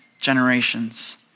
generations